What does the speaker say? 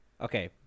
Okay